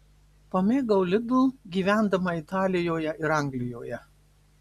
pamėgau lidl gyvendama italijoje ir anglijoje